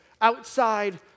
outside